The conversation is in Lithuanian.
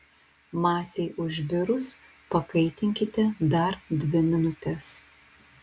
masei užvirus pakaitinkite dar dvi minutes